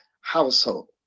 household